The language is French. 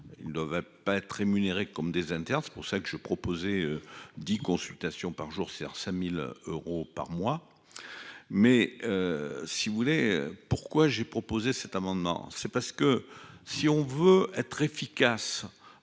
ne va pas être rémunérés comme des internes, c'est pour ça que je proposais. 10 consultations par jour sur 5000 euros par mois. Mais. Si vous voulez pourquoi j'ai proposé cet amendement, c'est parce que si on veut être efficace